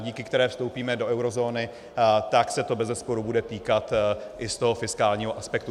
díky které vstoupíme do eurozóny, tak se to bezesporu bude týkat i z toho fiskálního aspektu.